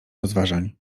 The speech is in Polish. rozważań